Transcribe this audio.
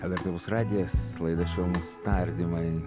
lrt radijas laida švelnūs tardymai